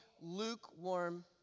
lukewarm